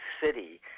City